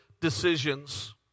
decisions